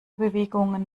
bewegungen